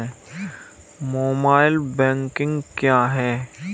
Mobile banking क्या है?